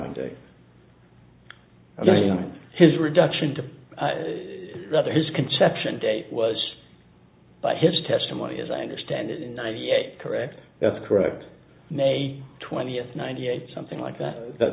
date his reduction to his conception day was by his testimony as i understand it in ninety eight correct that's correct may twentieth ninety eight something like that that